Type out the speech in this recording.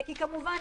כי כמובן,